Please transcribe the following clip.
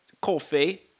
coffee